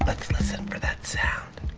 let's listen for that sound.